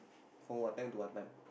from what time to what time